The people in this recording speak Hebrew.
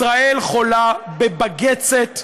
ישראל חולה בבגצת.